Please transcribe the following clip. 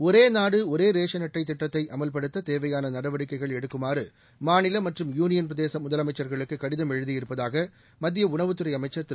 ஒரே நாடு ஒரே ரேஷன் அட்டை திட்டத்தை அமல்படுத்த தேவையான நடவடிக்கைகள் எடுக்குமாறு மாநில மற்றும் யூனியன் பிரதேச முதலமைச்சர்களுக்கு கடிதம் எழுதியிருப்பதாக மத்திய உணவுத்துறை அமைச்சர் திரு